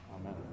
amen